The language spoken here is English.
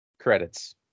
credits